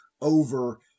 over